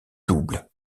double